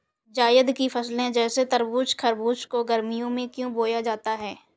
जायद की फसले जैसे तरबूज़ खरबूज को गर्मियों में क्यो बोया जाता है?